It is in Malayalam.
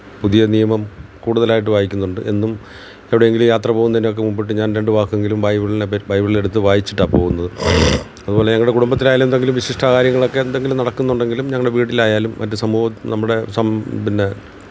പുതിയനിയമം കൂടുതലായിട്ട് വായിക്കുന്നുണ്ട് എന്നും എവിടെയെങ്കിലും യാത്ര പോവുന്നതിൻ്റെ ഒക്കെ മുമ്പിട്ട് ഞാന് രണ്ട് വാക്കെങ്കിലും ബൈബിളിനെപ്പറ്റി ബൈബിളെടുത്ത് വായിച്ചിട്ട് ആ പോകുന്നത് അതുപോലെ ഞങ്ങളുടെ കുടുംബത്തിലായാലെന്തെങ്കിലും വിശിഷ്ട കാര്യങ്ങളൊക്കെ എന്തെങ്കിലും നടക്കുന്നുണ്ടെങ്കിലും ഞങ്ങൾ വീട്ടിലായാലും മറ്റു സമൂഹം നമ്മുടെ പിന്നെ